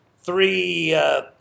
three